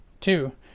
Two